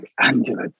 Angela